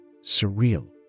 surreal